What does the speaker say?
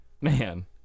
Man